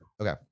Okay